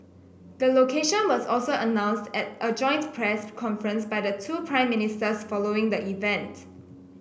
the location was also announced at a joint press conference by the two Prime Ministers following the event